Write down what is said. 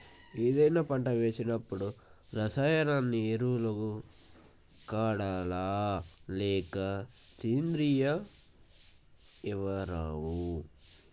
ఏదైనా పంట వేసినప్పుడు రసాయనిక ఎరువులు వాడాలా? లేక సేంద్రీయ ఎరవులా?